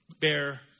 bear